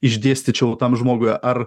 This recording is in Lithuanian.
išdėstyčiau tam žmogui ar